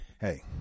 Hey